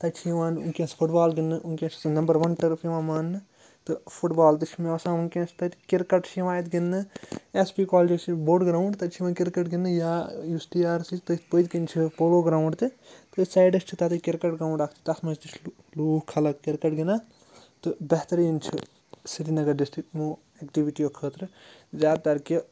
تَتہِ چھِ یِوان وٕنکٮ۪س فُٹ بال گِنٛدنہٕ وٕنکٮ۪س چھُ سُہ نمبر وَن ٹٔرٕف یِوان مانٛنہٕ تہٕ فُٹ بال تہِ چھِ مےٚ آسان وٕنکٮ۪نس چھِ تَتہِ کِرکَٹ چھِ یِوان اَتہِ گِنٛدنہٕ ایس پی کالیجَس بوٚڑ گرٛاوُنٛڈ تَتہِ چھِ یِوان کِرکَٹ گِنٛدنہٕ یا یُس ٹی آر سی چھِ تٔتھۍ پٔتۍ کِنۍ چھِ پولو گرٛاوُنٛڈ تٔتھۍ سایڈَس چھِ تَتے کِرکَٹ گرٛاوُنٛڈ اَکھ تہِ تَتھ منٛز تہِ چھِ لوٗکھ خلق کِرکَٹ گِنٛدان تہٕ بہتریٖن چھِ سرینَگَر ڈسٹرک یِمو اٮ۪کٹِوِٹیو خٲطرٕ زیادٕ تَر کہِ